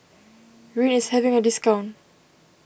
Rene is having a discount